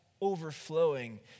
overflowing